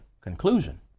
conclusion